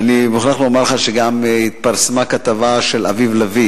אני מוכרח לומר לך שגם התפרסמה כתבה של אביב לביא